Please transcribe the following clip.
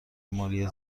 مالی